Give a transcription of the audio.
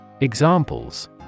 Examples